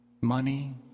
money